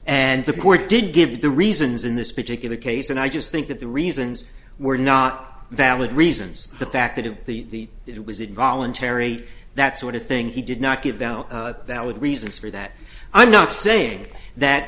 and the court did give the reasons in this particular case and i just think that the reasons were not valid reasons the fact that the it was it voluntary that sort of thing he did not give them valid reasons for that i'm not saying that